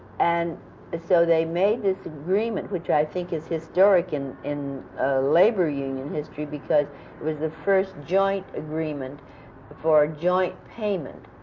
and so they made this agreement, which i think is historic and in labor union history because it was the first joint agreement but for joint payment